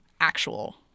actual